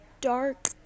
dark